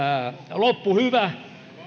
loppu hyvä